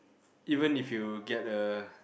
even if you get a